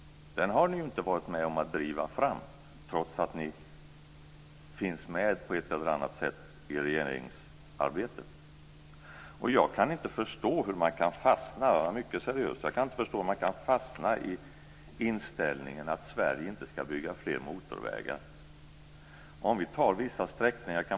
Den har ni inte varit med om att driva fram, trots att ni finns med på ett eller annat sätt i regeringsarbetet. Jag kan inte förstå hur man kan fastna - han var mycket seriös - i inställningen att Sverige inte ska bygga fler motorvägar. Jag kan ta en enda sträckning.